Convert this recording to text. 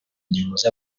gihuza